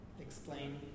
explain